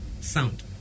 sound